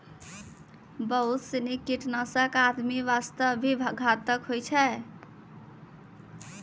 बहुत सीनी कीटनाशक आदमी वास्तॅ भी घातक होय छै